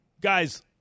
guys